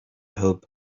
hope